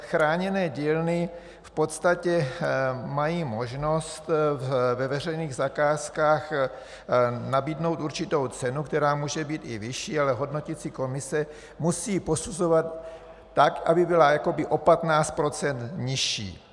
Chráněné dílny v podstatě mají možnost ve veřejných zakázkách nabídnout určitou cenu, která může být i vyšší, ale hodnoticí komise musí posuzovat tak, aby byla jakoby o 15 % nižší.